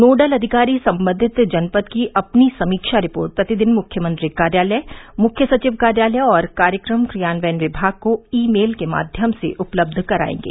nodal अधिकारी संबंधित जनपद की अपनी समीक्षा रिपोर्ट प्रतिदिन मुख्यमंत्री कार्यालय मुख्य सचिव कार्यालय और कार्यक्रम क्रियान्वयन विभाग को ई मेल के माध्यम से उपलब्ध करायेंगे